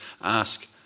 ask